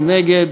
מי נגד?